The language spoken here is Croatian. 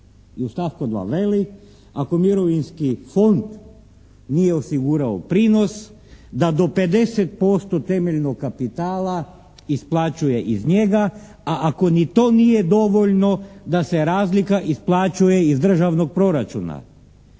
U stavku 2. veli ako mirovinski fond nije osigurao prinos da do 50% temeljnog kapitala isplaćuje iz njega, a ako ni to nije dovoljno da se razlika isplaćuje iz državnog proračuna.